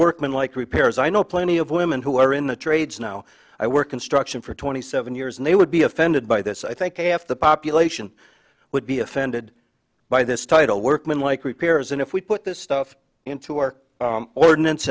like repairs i know plenty of women who are in the trades now i work construction for twenty seven years and they would be offended by this i think half the population would be offended by this title workman like repairs and if we put this stuff in to work ordinance